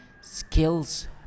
Skills